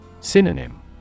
Synonym